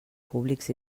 públics